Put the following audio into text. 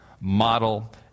model